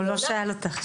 הוא לא שאל אותך.